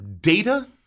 Data